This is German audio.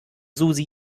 susi